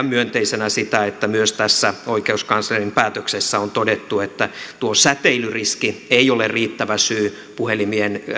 myönteisenä sitä että myös tässä oikeuskanslerin päätöksessä on todettu että tuo säteilyriski ei ole riittävä syy puhelimien